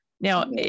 Now